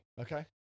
Okay